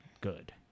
good